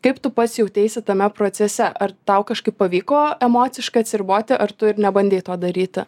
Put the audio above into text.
kaip tu pats jauteisi tame procese ar tau kažkaip pavyko emociškai atsiriboti ar tu nebandei to daryti